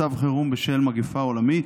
מצב חירום בשל מגפה עולמית)